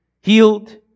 healed